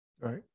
right